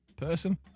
person